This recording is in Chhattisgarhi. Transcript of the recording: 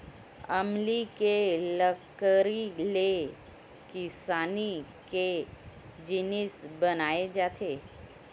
अमली के लकड़ी ले किसानी के जिनिस बनाए जाथे